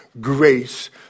grace